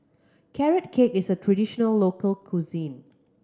Carrot Cake is a traditional local cuisine